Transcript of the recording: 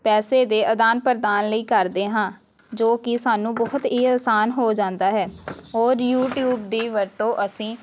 ਪੈਸੇ ਦੇ ਅਦਾਨ ਪ੍ਰਦਾਨ ਲਈ ਕਰਦੇ ਹਾਂ ਜੋ ਕਿ ਸਾਨੂੰ ਬਹੁਤ ਹੀ ਅਸਾਨ ਹੋ ਜਾਂਦਾ ਹੈ ਔਰ ਯੂਟਿਊਬ ਦੀ ਵਰਤੋਂ ਅਸੀਂ